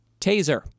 Taser